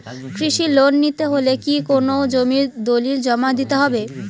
কৃষি লোন নিতে হলে কি কোনো জমির দলিল জমা দিতে হবে?